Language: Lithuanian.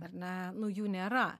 ar ne nu jų nėra